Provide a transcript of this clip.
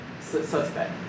suspect